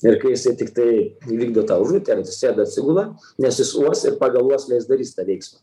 ir kai jisai tiktai įvykdydo tą užduotį ar atsisėda atsigula nes jis uos ir pagal uoslę jis darys tą veiksmą